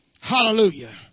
Hallelujah